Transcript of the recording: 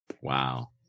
Wow